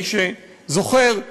מי שזוכר,